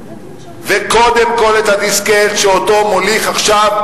וקודם כול את הדיסקט שאותו מוליך עכשיו,